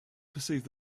perceived